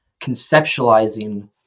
conceptualizing